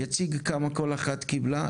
יציג כמה כל אחת קיבלה,